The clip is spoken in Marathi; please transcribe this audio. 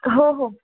हो हो